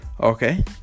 okay